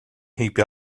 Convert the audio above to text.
heibio